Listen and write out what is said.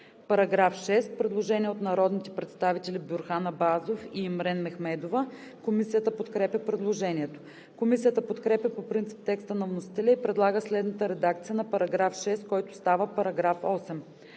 По § 6 има предложение от народните представители Бюрхан Абазов и Имрен Мехмедова. Комисията подкрепя предложението. Комисията подкрепя по принцип текста на вносителя и предлага следната редакция на § 6, който става § 8: „§ 8.